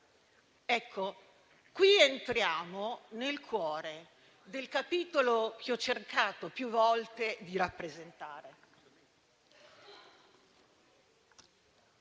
Ecco, qui entriamo nel cuore del capitolo che ho cercato più volte di rappresentare: